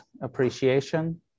appreciation